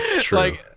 true